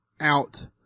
out